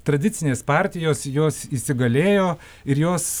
tradicinės partijos jos įsigalėjo ir jos